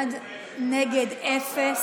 נגד.